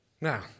Now